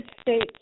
States